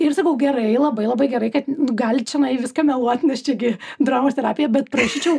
ir sakau gerai labai labai gerai kad galit čionai viską meluot nes čia gi dramos terapija bet prašyčiau